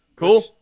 Cool